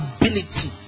ability